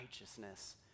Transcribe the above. righteousness